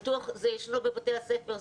בטוח זה ישנו בבתי הספר.